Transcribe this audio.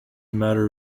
matter